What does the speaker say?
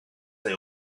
they